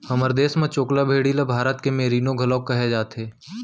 हमर देस म चोकला भेड़ी ल भारत के मेरीनो घलौक कहे जाथे